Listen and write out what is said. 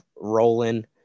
rolling